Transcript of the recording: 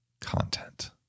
content